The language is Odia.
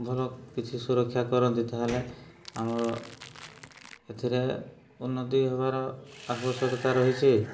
ଭଲ କିଛି ସୁରକ୍ଷା କରନ୍ତି ତାହେଲେ ଆମର ଏଥିରେ ଉନ୍ନତି ହେବାର ଆବଶ୍ୟକତା ରହିଛି